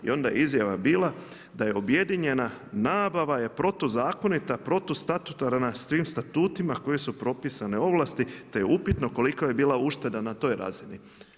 I onda je izjava bila da je objedinjena nabava je protuzakonita, protustatutarna svim statutima kojima su propisane ovlasti, te je upitno kolika je bila ušteda na toj razini.